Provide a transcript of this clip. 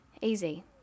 easy